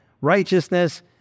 righteousness